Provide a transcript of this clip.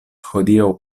hodiaŭ